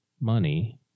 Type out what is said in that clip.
money